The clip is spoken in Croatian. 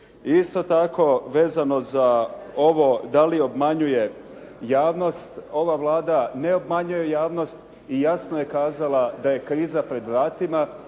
isto tako vezano za ovo da li obmanjuje javnost. Ova Vlada ne obmanjuje javnost i jasno je kazala da je kriza pred vratima